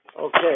okay